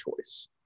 choice